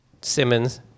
Simmons